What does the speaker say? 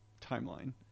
timeline